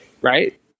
Right